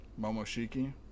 Momoshiki